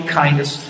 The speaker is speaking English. kindness